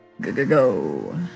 Go-go-go